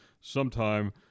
sometime